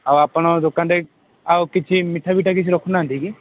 ଆଉ ଆପଣଙ୍କ ଦୋକାନରେ ଆଉ କିଛି ମିଠାପିଠା କିଛି ରଖୁ ନାହାଁନ୍ତି କି